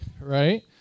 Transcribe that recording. right